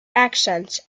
accents